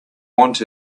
want